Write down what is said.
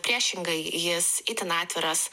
priešingai jis itin atviras